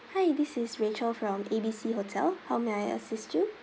hi this is rachel from A B C hotel how may I assist you